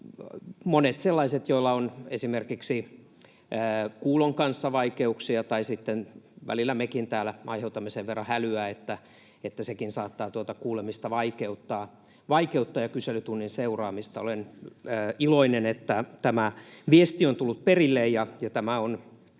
monet sellaiset, joilla on esimerkiksi kuulon kanssa vaikeuksia, tai sitten välillä mekin täällä aiheutamme sen verran hälyä, että sekin saattaa vaikeuttaa kuulemista ja kyselytunnin seuraamista. Olen iloinen, että tämä viesti on tullut perille ja tämä on